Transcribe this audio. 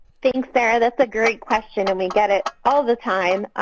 thanks, sarah. that's a great question, and we get it all the time.